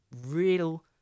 real